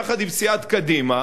יחד עם סיעת קדימה,